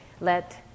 let